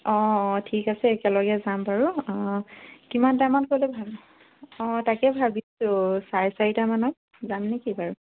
অ অ ঠিক আছে একেলগে যাম বাৰু অ কিমান টাইমত গ'লে ভাল হ'ব অ তাকে ভাবিছোঁ চাৰে চাৰিটামানত যামনে কি বাৰু